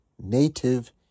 native